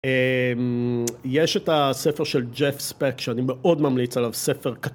יש את הספר של ג'ף ספק, שאני מאוד ממליץ עליו, ספר קטן.